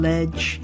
Ledge